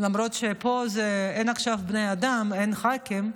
למרות שפה אין עכשיו בני אדם, אין ח"כים,